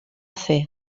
fer